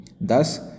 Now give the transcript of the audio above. Thus